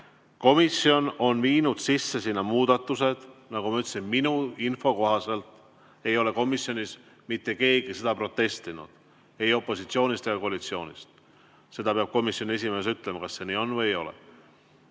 Komisjon on viinud sinna sisse muudatused. Nagu ma ütlesin, minu info kohaselt ei ole komisjonis mitte keegi protestinud ei opositsioonist ega koalitsioonist. Seda peab komisjoni esimees ütlema, kas see nii on või ei ole.